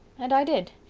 and i did.